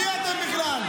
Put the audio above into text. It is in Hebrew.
מי אתם?